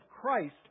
Christ